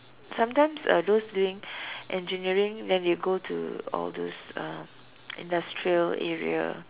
sometimes uh those doing engineering then they'll go to all those uh industrial area